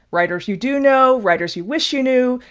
writers you do know, writers you wish you knew,